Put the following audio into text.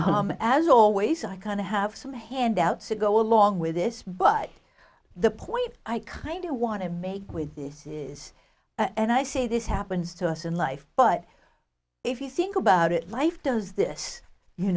so as always i kind of have some handouts to go along with this but the point i kind of want to make with this is and i say this happens to us in life but if you think about it life does this you